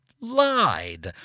lied